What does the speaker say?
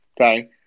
Okay